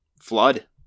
Flood